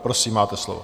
Prosím, máte slovo.